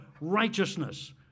righteousness